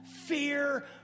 fear